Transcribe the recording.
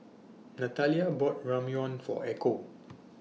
Nathalia bought Ramyeon For Echo